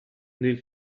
nel